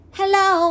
hello